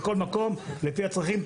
שיהיו בכל מקום לפי הצרכים,